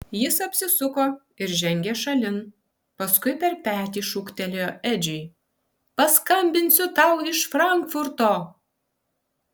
jis apsisuko ir žengė šalin paskui per petį šūktelėjo edžiui paskambinsiu tau iš frankfurto